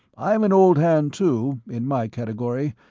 i am an old hand too, in my category,